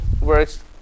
works